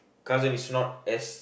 cousin is not as